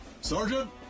Sergeant